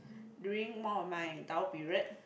during one of my down period